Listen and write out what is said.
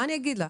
מה אני אגיד לה?